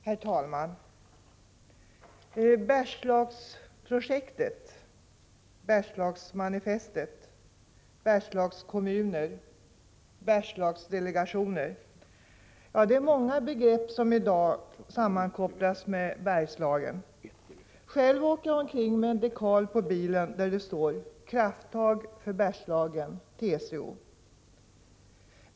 Herr talman! Bergslagsprojektet, Bergslagsmanifestet, Bergslagskommuner, Bergslagsdelegationer — det är många begrepp som i dag sammankopplas med Bergslagen. Själv åker jag omkring med en dekal på bilen där det står ”krafttag för Bergslagen TCO”.